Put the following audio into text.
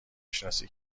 شناسی